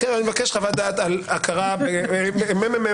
אני רק אומר מה יש לנו